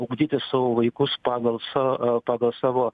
ugdyti savo vaikus pagal sa pagal savo